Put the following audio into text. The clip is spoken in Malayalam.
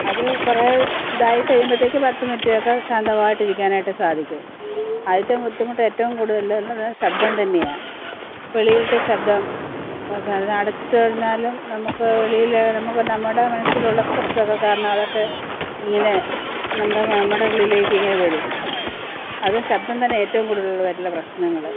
അത് കുറേ ഇതായി കഴിയുമ്പോഴത്തേക്കു പത്ത് മിനിറ്റൊക്കെ ശാന്തമായിട്ടിരിക്കാനായിട്ടു സാധിക്കും ആദ്യത്തെ ബുദ്ധിമുട്ട് ഏറ്റവും കൂടുതലുള്ളതു ശബ്ദം തന്നെയാണ് വെളിയിലത്തെ ശബ്ദം അത് അടച്ചിട്ടു കഴിഞ്ഞാലും നമുക്ക് വെളിയിലെ നമുക്ക് നമ്മുടെ മനസ്സിലുള്ള സ്ട്രെസൊക്കെ കാരണം അതൊക്കെ ഇങ്ങനെ നമ്മുടെ നമ്മടെ ഉള്ളിലേക്കിങ്ങു വരും അത് ശബ്ദം തന്നേ ഏറ്റവും കൂടുതൽ വരുന്ന പ്രശ്നങ്ങള്